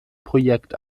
projekt